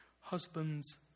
Husbands